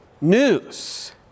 news